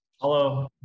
hello